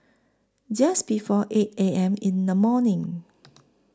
Just before eight A M in The morning